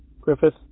Griffith